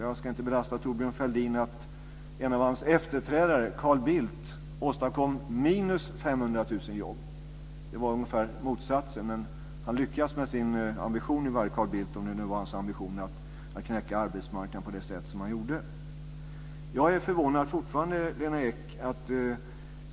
Jag ska inte belasta Thorbjörn Fälldin med att en av hans efterträdare, Carl Bildt, åstadkom minus 500 000 jobb. Det var ungefär motsatsen, men han lyckades i varje fall med sin ambition - om det nu var hans ambition att knäcka arbetsmarknaden på det sätt som han gjorde. Lena Ek!